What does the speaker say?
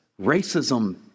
Racism